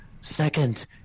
Second